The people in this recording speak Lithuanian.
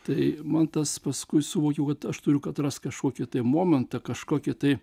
tai man tas paskui suvokiau kad aš turiu atrast kažkokį tai momentą kažkokią tai